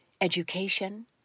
education